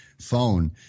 phone